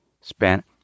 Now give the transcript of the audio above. spent